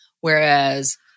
Whereas